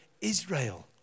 Israel